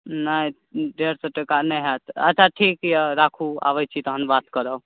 नहि डेढ़ सए टाका नहि हैत अच्छा ठीक यए राखू अबैत छी तखन बात करब